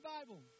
Bible